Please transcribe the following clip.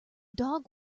dog